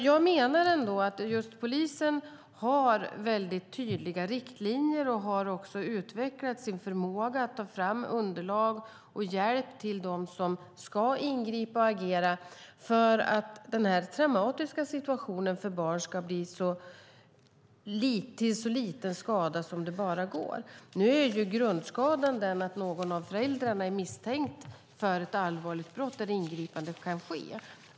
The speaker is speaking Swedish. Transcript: Jag menar därför att just polisen har väldigt tydliga riktlinjer och också har utvecklat sin förmåga att ta fram underlag och hjälp till dem som ska ingripa och agera för att den traumatiska situationen för barn ska göra så liten skada som det bara går. Nu är ju grundskadan den att någon av föräldrarna är misstänkt för ett allvarligt brott där ingripande kan ske.